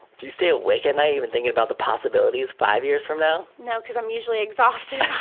do you stay awake at night even thinking about the possibilities five years from now? no cause i'm usually exhausted